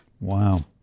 Wow